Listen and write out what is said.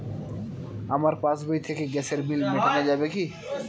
আমার পাসবই থেকে গ্যাসের বিল মেটানো যাবে কি?